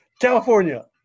California